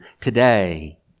today